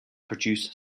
produce